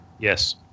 yes